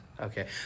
Okay